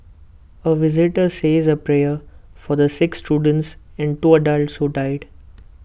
A visitor says A prayer for the six students and two adults who died